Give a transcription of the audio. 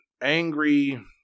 angry